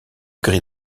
gris